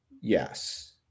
yes